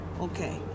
Okay